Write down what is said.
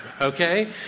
okay